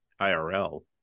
IRL